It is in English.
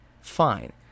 Fine